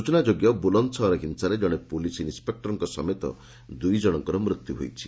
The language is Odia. ସୂଚନାଯୋଗ୍ୟ ବୁଲନ୍ଦସହର ହିଂସାରେ ଜଣେ ପୁଲିସ୍ ଇନ୍ନପେକ୍ ରଙ୍କ ସମେତ ଦୁଇଜଣଙ୍କର ମୃତ୍ୟୁ ହୋଇଛି